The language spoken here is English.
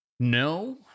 No